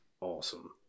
awesome